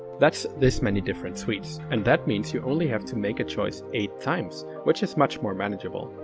that's this many different tweets, and that means you only have to make a choice eight times, which is much more managable.